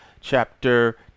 chapter